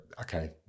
okay